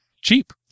cheap